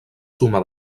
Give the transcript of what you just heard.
suma